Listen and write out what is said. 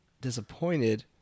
disappointed